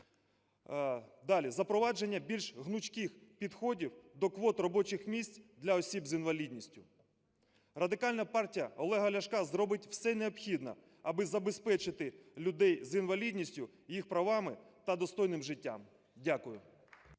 Далі – запровадження більш гнучких підходів до квот робочих місць для осіб з інвалідністю. Радикальна партія Олега Ляшка зробить все необхідне аби забезпечити людей з інвалідністю їх правами та достойним життям. Дякую.